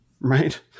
Right